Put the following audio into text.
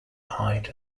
height